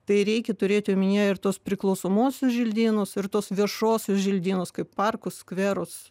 tai reikia turėti omenyje ir tuos priklausomosios želdynus ir tuos viešuosius želdynus kaip parkus skverus